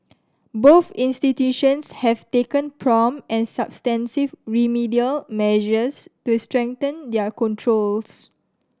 both institutions have taken prompt and substantive remedial measures to strengthen their controls